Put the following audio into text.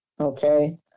Okay